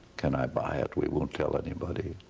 can i buy it, we won't tell anybody.